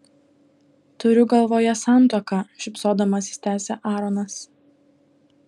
turiu galvoje santuoką šypsodamasis tęsia aaronas